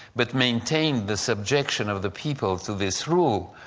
but maintained the subjection of the people to this rule,